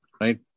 right